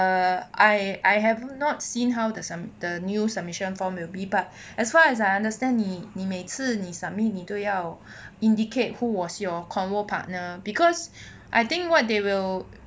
uh I have not seen how the new submission form will be but as far as I understand 你你每次你 submit 你都要 indicate who was your convo partner because I think what they will